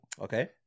Okay